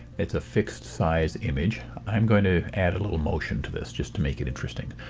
it's a fixed size image. i'm going to add a little motion to this just to make it interesting.